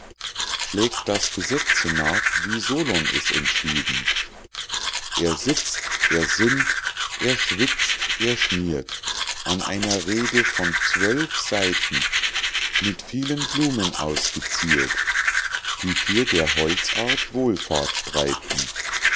schlägt das gesetze nach wie solon es entschieden er sitzt er sinnt er schwitzt er schmiert an einer rede von zwölf seiten mit vielen blumen ausgeziert die für der holzart wohlfahrt streiten